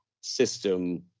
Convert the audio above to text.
system